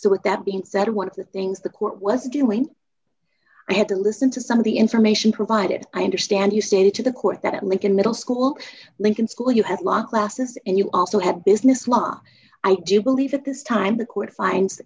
so with that being said one of the things the court was doing i had to listen to some of the information provided i understand you stated to the court that lincoln middle school lincoln school you at law classes and you also had business law i do believe that this time the court fin